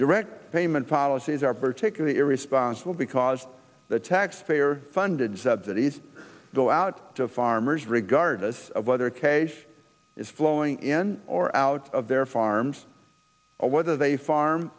direct payment policy these are particularly irresponsible because the taxpayer funded subsidies go out to farmers regardless of whether a case is flowing in or out of their farms or whether they farm